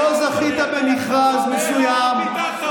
תספר הכול.